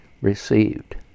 received